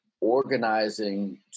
organizing